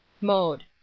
Mode